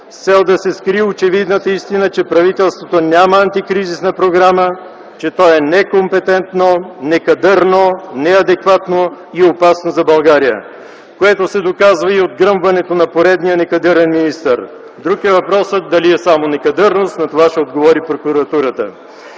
с цел да се скрие очевидната истина, че правителството няма антикризисна програма, че то е некомпетентно, некадърно, неадекватно и опасно за България. Това се доказва и от гръмването на поредния некадърен министър. Друг е въпросът дали е само некадърност, но на това ще отговори прокуратурата.